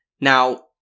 Now